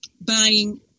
buying